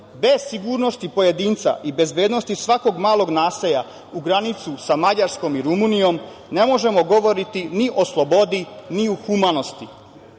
Bez sigurnosti pojedinca i bezbednosti svakog malog naselja na granici sa Mađarskom i Rumunijom ne možemo govoriti ni o slobodi, ni o humanosti.U